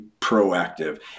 proactive